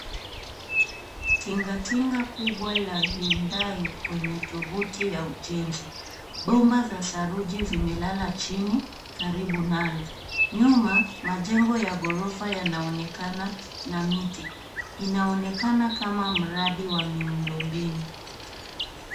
Tingatinga kubwa la Hyundai kwenye tovuti ya ujenzi. Bomba za saruji zimelala chini karibu nalo. Nyuma, majengo ya ghorofa yanaonekana na miti. Inaonekana kama mradi wa miundo mbinu.